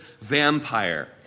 vampire